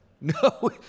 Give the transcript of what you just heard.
No